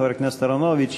חבר הכנסת אהרונוביץ,